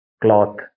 cloth